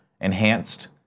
Enhanced